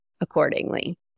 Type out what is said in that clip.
accordingly